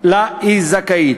שהיא זכאית